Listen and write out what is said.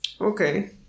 Okay